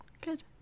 good